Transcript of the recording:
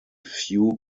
few